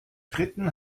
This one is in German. dritten